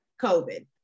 COVID